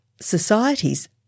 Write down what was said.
societies